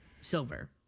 silver